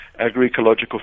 agroecological